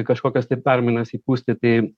kažkokias tai permainas įpūsti tai